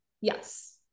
yes